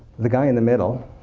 the guy in the middle